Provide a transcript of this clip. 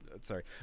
sorry